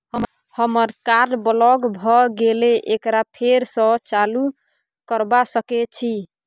हमर card block भ गेले एकरा फेर स चालू करबा सके छि?